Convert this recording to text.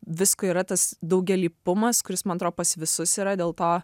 visko yra tas daugialypumas kuris man tro pas visus yra dėl to